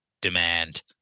demand